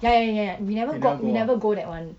ya ya ya ya ya we never got we never go that [one]